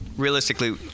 Realistically